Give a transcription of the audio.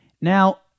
Now